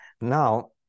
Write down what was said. Now